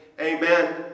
amen